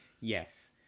yes